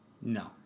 No